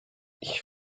ich